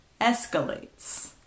escalates